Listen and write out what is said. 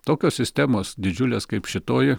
tokios sistemos didžiulės kaip šitoji